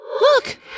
Look